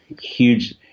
huge